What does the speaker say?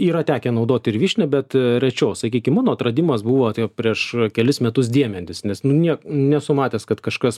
yra tekę naudot ir vyšnią bet rečiau sakykim mano atradimas buvo tai prieš kelis metus diemedis nes nu niek nesu matęs kad kažkas